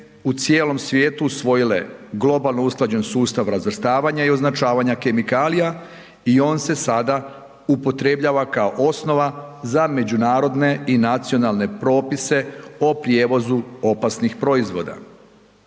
u cijelom svijetu usvojile globalno usklađen sustav razvrstavanja i označavanja kemikalija i on se sada upotrebljava kao osnova za međunarodne i nacionalne propise o prijevozu opasnih proizvoda.